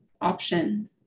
option